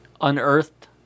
unearthed